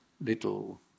little